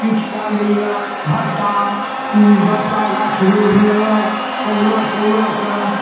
किछु कए लइए भट्टा दस टा गाछ रोपि लेलक कहुना कहुना कए